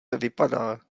vypadá